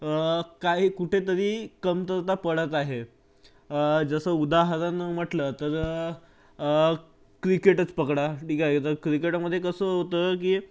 काही कुठेतरी कमतरता पडत आहे जसं उदाहरण म्हटलं तर क्रिकेटच पकडा ठीक आहे क्रिकेटमध्ये कसं होतं की